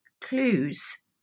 clues